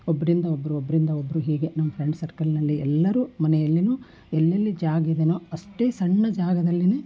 ಒಬ್ಬರಿಂದ ಒಬ್ಬರು ಒಬ್ಬರಿಂದ ಒಬ್ಬರು ಹೀಗೆ ನಮ್ಮ ಫ್ರೆಂಡ್ ಸರ್ಕಲ್ನಲ್ಲಿ ಎಲ್ಲರ ಮನೆಯಲ್ಲಿನೂ ಎಲ್ಲೆಲ್ಲಿ ಜಾಗ ಇದೆನೋ ಅಷ್ಟೇ ಸಣ್ಣ ಜಾಗದಲ್ಲಿಯೇ